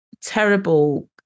terrible